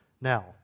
Now